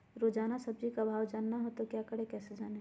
रोजाना सब्जी का भाव जानना हो तो क्या करें कैसे जाने?